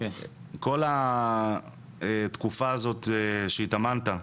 כל התקופה הזאת שהתאמנת,